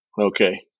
okay